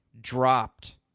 dropped